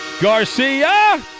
Garcia